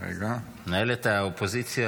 מנהלת האופוזיציה